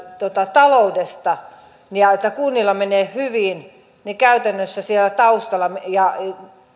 taloudesta ja että kunnilla menee hyvin niin käytännössä siellä taustalla